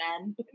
men